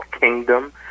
Kingdom